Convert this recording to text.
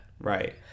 Right